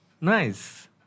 nice